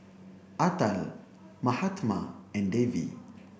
Atal Mahatma and Devi